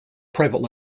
private